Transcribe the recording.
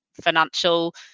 financial